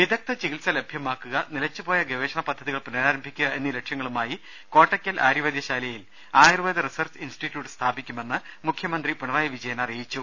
വിദഗ്ധ ചികിത്സ ലഭ്യമാക്കുക നിലച്ച് പോയ ഗവേഷണ പദ്ധതികൾ പുനരാരംഭിക്കുക എന്നീ ലക്ഷ്യങ്ങളുമായി കോട്ടക്കൽ ആര്യവൈദ്യശാലയിൽ ആയൂർവേദ റിസർച്ച് ഇൻസ്റ്റിറ്റ്യൂട്ട് സ്ഥാപിക്കുമെന്ന് മുഖ്യമന്ത്രി പിണറായി വിജയൻ അറിയിച്ചു